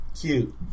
Cute